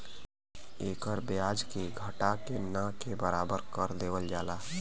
एकर ब्याज के घटा के ना के बराबर कर देवल जाला